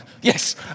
Yes